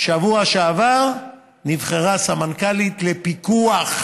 בשבוע שעבר נבחרה הסמנכ"לית לפיקוח.